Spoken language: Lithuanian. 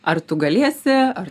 ar tu galėsi ar